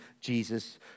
Jesus